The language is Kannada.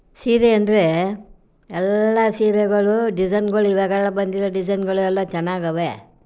ಸೀರೆ ಅಂದರೆ ಎಲ್ಲ ಸೀರೆಗಳು ಡಿಝೈನ್ಗಳು ಈವಾಗೆಲ್ಲ ಬಂದಿರೊ ಡಿಝೈನ್ಗಳು ಎಲ್ಲ ಚೆನ್ನಾಗಿವೆ